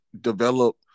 develop